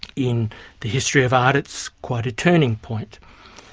in the history of art it's quite a turning point.